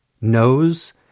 knows